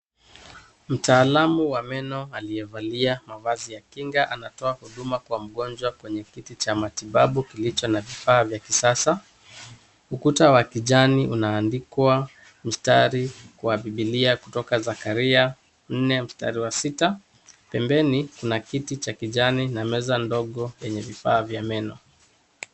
Mtaalamu wa meno aliyevalia mavazi ya kinga anatoa huduma kwa mgonjwa kwenye kiti cha matibabu kilicho na vifaa vya kisasa. Ukuta wa kijani unaandikwa mstari wa bibilia kutoka Zakaria 4:6. Pembeni, kuna kiti cha kijani na meza ndogo yenye vifaa vya meno.